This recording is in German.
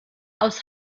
aus